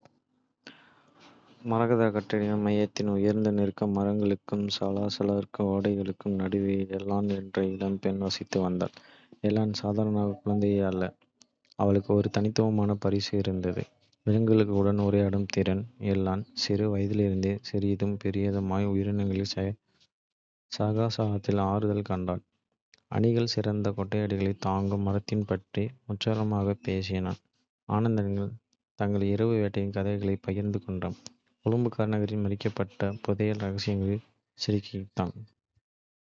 மரகதக் காட்டின் மையத்தில், உயர்ந்து நிற்கும் மரங்களுக்கும் சலசலக்கும் ஓடைகளுக்கும் நடுவே எல்லாளன் என்ற இளம்பெண் வசித்து வந்தாள். எல்லாளன் சாதாரண குழந்தை அல்ல. அவளுக்கு ஒரு தனித்துவமான பரிசு இருந்தது, விலங்குகளுடன் உரையாடும் திறன். எல்லாளன் சிறு வயதிலிருந்தே சிறியதும் பெரியதுமான உயிரினங்களின் சகவாசத்தில் ஆறுதல் கண்டான். அணில்கள் சிறந்த கொட்டைகளைத் தாங்கும் மரங்களைப் பற்றி உற்சாகமாகப் பேசின, ஆந்தைகள் தங்கள் இரவு வேட்டையின் கதைகளைப் பகிர்ந்து கொண்டன, குறும்புக்கார நரிகள் மறைக்கப்பட்ட. புதையல் ரகசியங்களை கிசுகிசுத்தன.